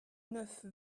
neuf